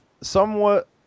somewhat